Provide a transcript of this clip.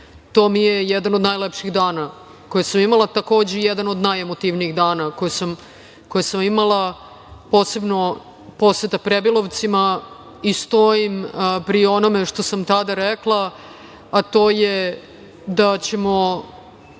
To mi je jedan od najlepših dana koje sam imala, takođe i jedan od najemotivnijih dana koje sam imala, posebno poseta Prebilovcima i stojim pri onome što sam tada rekla, a to je da ćemo